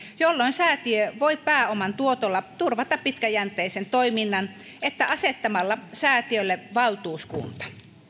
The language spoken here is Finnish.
jolloin säätiö voi pääoman tuotolla turvata pitkäjänteisen toiminnan että asettamalla säätiölle valtuuskunta